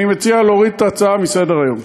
אני מציע להוריד את ההצעה מסדר-היום.